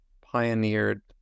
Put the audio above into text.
pioneered